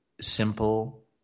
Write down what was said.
simple